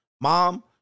mom